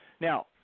Now